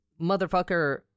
motherfucker